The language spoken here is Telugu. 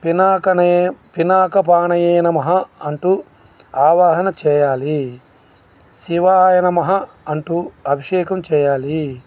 పినాకనే పినాక పానయే నమః అంటూ ఆవాహన చేయాలి శివాయ నమః అంటూ అభిషేకం చేయాలి